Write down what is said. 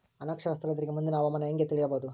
ಅನಕ್ಷರಸ್ಥ ರೈತರಿಗೆ ಮುಂದಿನ ಹವಾಮಾನ ಹೆಂಗೆ ತಿಳಿಯಬಹುದು?